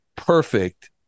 perfect